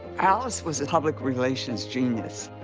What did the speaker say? alice was a public relations genius.